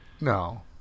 No